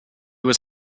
was